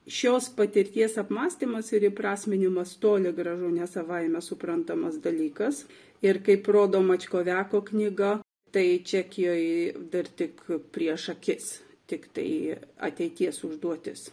šios patirties apmąstymas ir įprasminimas toli gražu ne savaime suprantamas dalykas ir kaip rodo mačkoveko knyga tai čekijoje dar tik prieš akis tiktai ateities užduotis